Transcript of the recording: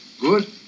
Good